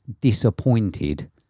disappointed